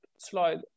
slide